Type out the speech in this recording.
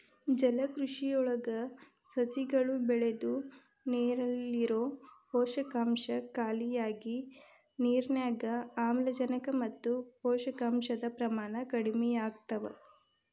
ಜಲಕೃಷಿಯೊಳಗ ಸಸಿಗಳು ಬೆಳದು ನೇರಲ್ಲಿರೋ ಪೋಷಕಾಂಶ ಖಾಲಿಯಾಗಿ ನಿರ್ನ್ಯಾಗ್ ಆಮ್ಲಜನಕ ಮತ್ತ ಪೋಷಕಾಂಶದ ಪ್ರಮಾಣ ಕಡಿಮಿಯಾಗ್ತವ